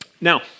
Now